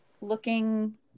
looking